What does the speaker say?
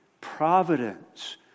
providence